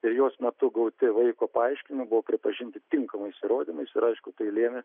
ir jos metu gauti vaiko paaiškinai buvo pripažinti tinkamais įrodymais ir aišku tai lėmė